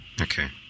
Okay